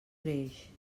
greix